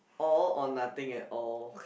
all or nothing at all